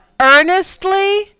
Earnestly